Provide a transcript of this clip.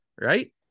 right